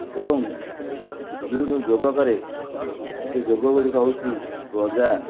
ଏବଂ ଯେଉଁ ଯେଉଁ ଯୋଗ କରେ ସେ ଯୋଗଗୁଡ଼ିକ ହେଉଛି ବ୍ରଜା